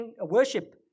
worship